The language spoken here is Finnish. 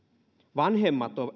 vanhemmat